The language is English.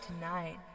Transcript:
tonight